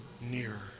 nearer